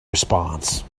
response